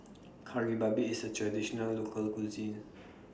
Kari Babi IS A Traditional Local Cuisine